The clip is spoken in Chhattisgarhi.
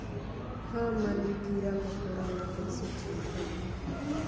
हमन कीरा मकोरा ला कइसे चिन्हन?